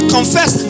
Confess